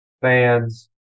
fans